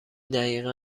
دقیقا